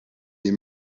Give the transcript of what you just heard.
les